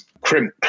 crimp